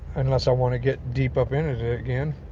and unless i wanna get deep up in it it again,